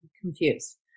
confused